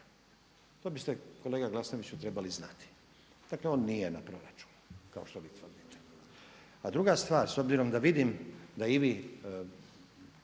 To biste kolega Glasnoviću trebali znati. Dakle, on nije na proračunu kao što vi tvrdite. A druga stvar, s obzirom da vidim da i